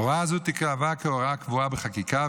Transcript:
הוראה זו תיקבע כהוראה קבועה בחקיקה,